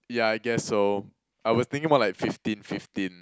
ya I guess so I was thinking more like fifteen fifteen